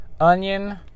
onion